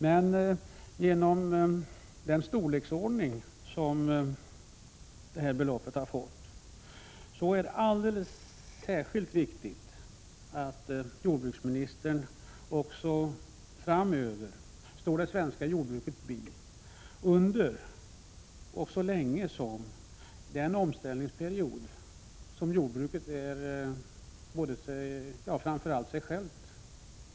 Med tanke på den storleksordning beloppet har fått är det dock alldeles särskilt viktigt att jordbruksministern också framöver står det svenska jordbruket bi under den omställningsperiod som jordbruket är skyldigt framför allt sig självt.